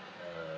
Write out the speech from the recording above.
uh